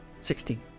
Sixteen